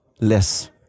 less